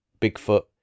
Bigfoot